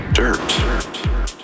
Dirt